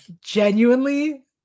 Genuinely